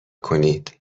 کنید